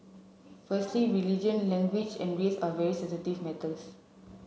firstly religion language and race are very sensitive matters